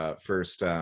first